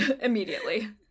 immediately